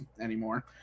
anymore